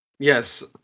Yes